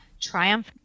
triumph